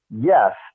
yes